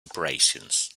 operations